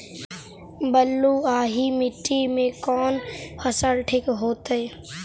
बलुआही मिट्टी में कौन फसल ठिक होतइ?